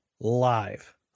live